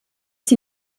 sie